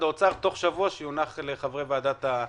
משרד האוצר תוך שבוע שיוגש לחברי ועדת הכספים.